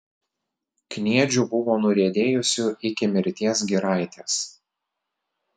kniedžių buvo nuriedėjusių iki mirties giraitės